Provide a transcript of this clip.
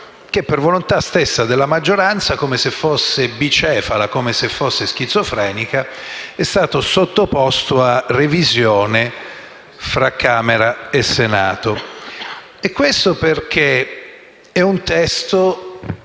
che per volontà stessa della maggioranza, come se fosse bicefala o schizofrenica, è stato sottoposto a revisione tra Camera e Senato. Questo accade perché